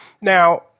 now